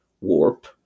warp